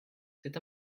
c’est